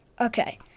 Okay